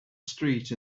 street